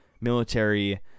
military